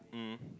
mm